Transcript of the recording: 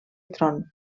tron